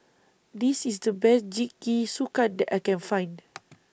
This IS The Best Jingisukan that I Can Find